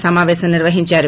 సమాపేశం నిర్వహించారు